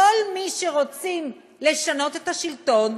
כל מי שרוצים לשנות את השלטון,